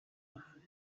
arahari